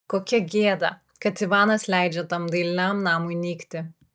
kokia gėda kad ivanas leidžia tam dailiam namui nykti